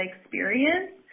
experience